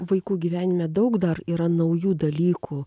vaikų gyvenime daug dar yra naujų dalykų